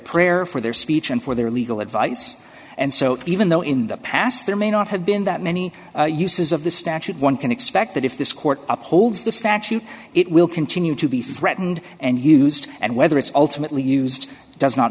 prayer for their speech and for their legal advice and so even though in the past there may not have been that many uses of the statute one can expect that if this court upholds the statute it will continue to be threatened and used and whether it's ultimately used does not